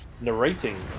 Narrating